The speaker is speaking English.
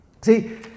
See